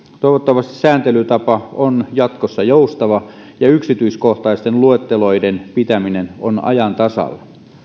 toivottavasti sääntelytapa on jatkossa joustava ja yksityiskohtaisten luetteloiden pitäminen on ajan tasalla